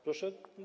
Proszę?